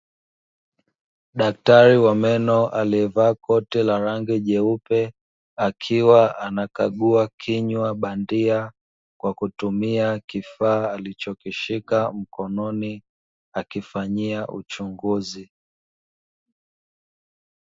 Daktari wa meno aliyevaa koti la rangi jeupe akiwa anakagua kinywa bandia, kwa kutumia kifaa alichokishika mkononi akifanyia uchunguzi.